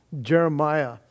Jeremiah